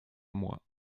moi